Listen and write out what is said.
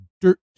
dirt